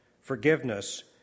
forgiveness